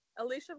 Alicia